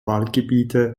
waldgebiete